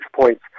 points